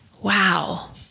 wow